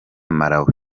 malawi